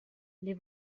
les